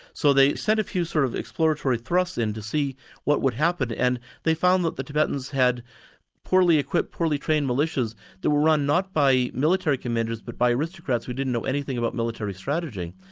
so they sent a few sort of exploratory thrusts in to see what would happen, and they found that the tibetans had poorly equipped, poorly trained militias that were run not by military commanders, but by aristocrats who didn't know anything about military strategy.